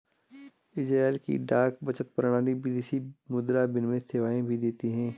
Israel की डाक बचत प्रणाली विदेशी मुद्रा विनिमय सेवाएं भी देती है